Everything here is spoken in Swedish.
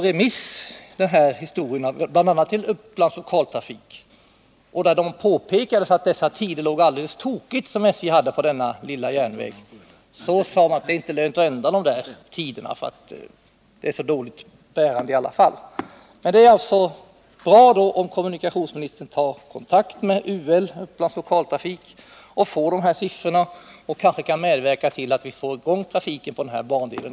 När denna fråga var ute på remiss bl.a. till Upplands Lokaltrafik och företaget då påpekade att SJ:s tider på denna lilla järnvägssträcka var helt felaktigt upplagda, framhölls det från SJ att det inte skulle vara lönt att ändra på dem, eftersom bandelen ändå bär sig så dåligt. Men det är bra om kommunikationsministern tar kontakt med UL, dvs. Upplands Lokaltrafik, och får studera siffrorna. Kanske kan han då medverka till att trafiken på denna bandel kommer i gång igen.